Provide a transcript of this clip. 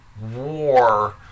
war